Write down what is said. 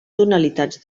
tonalitats